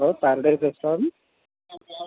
hello paradise restaurant